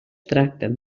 tracten